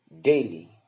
daily